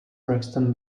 preston